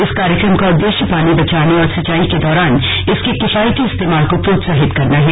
इस कार्यक्रम का उद्देश्य पानी बचाने और सिंचाई के दौरान इसके किफायती इस्ते माल को प्रोत्साहित करना है